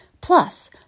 plus